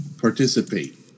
participate